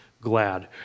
glad